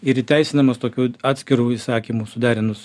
ir įteisinamas tokiu atskiru įsakymu suderinus